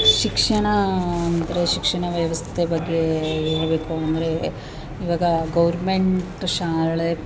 ಶಿಕ್ಷಣ ಅಂದರೆ ಶಿಕ್ಷಣ ವ್ಯವಸ್ಥೆ ಬಗ್ಗೆ ಹೇಳ್ಬೆಕು ಅಂದರೆ ಇವಾಗ ಗೌರ್ಮೆಂಟ್ ಶಾಲೆ